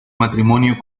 matrimonio